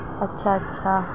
اچھا اچھا